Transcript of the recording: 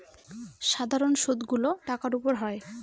সাধারন সুদ গুলো টাকার উপর হয়